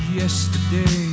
yesterday